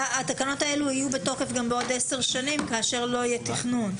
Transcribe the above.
התקנות האלה יהיו גם בעוד 10 שנים כאשר לא יהיה תכנון.